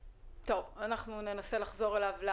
רישיון.